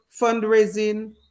fundraising